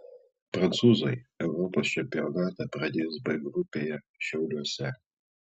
prancūzai europos čempionatą pradės b grupėje šiauliuose